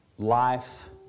life